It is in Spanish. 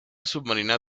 submarina